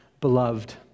beloved